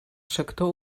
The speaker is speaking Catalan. sector